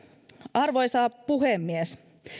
arvoisa puhemies